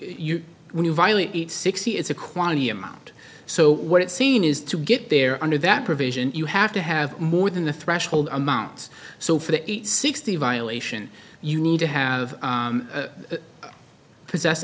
you when you violate sixty it's a quantity amount so what it seen is to get there under that provision you have to have more than the threshold amounts so for the sixty violation you need to have possess